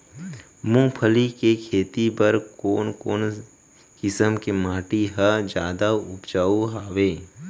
मूंगफली के खेती बर कोन कोन किसम के माटी ह जादा उपजाऊ हवये?